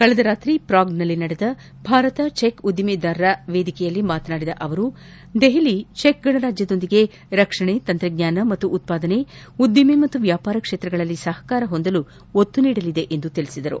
ಕಳೆದ ರಾತ್ರಿ ಪ್ರಾಗ್ನಲ್ಲಿ ನಡೆದ ಭಾರತ ಚೆಕ್ ಉದ್ದಿಮೆದಾರರ ವೇದಿಕೆಯಲ್ಲಿ ಮಾತನಾಡಿದ ಅವರು ನವದೆಹಲಿಯು ಚೆಕ್ ಗಣರಾಜ್ಯದ ಜತೆ ರಕಷಣೆ ತಂತ್ರಜ್ಞಾನ ಮತ್ತು ಉತ್ಪಾದನೆ ಉದ್ದಿಮೆ ಹಾಗೂ ವ್ಕಾಪಾರ ಕ್ಷೇತ್ರಗಳಲ್ಲಿ ಸಹಕಾರ ಹೊಂದಲು ಒತ್ತು ನೀಡಲಿದೆ ಎಂದು ತಿಳಿಸಿದರು